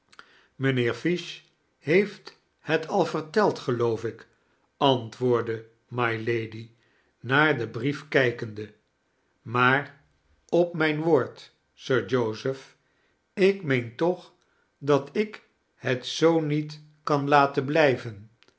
mijnheer fish heeft het al verteld geloof ik antwoordde mylady naar den brief kijkende maar op mijn woord sir joseph ik meen toch dat ik het zoo niet kan laten blijven